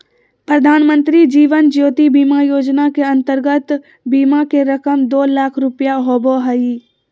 प्रधानमंत्री जीवन ज्योति बीमा योजना के अंतर्गत बीमा के रकम दो लाख रुपया होबो हइ